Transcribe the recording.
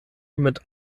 mit